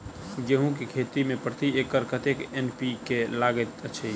गेंहूँ केँ खेती मे प्रति एकड़ कतेक एन.पी.के लागैत अछि?